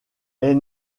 est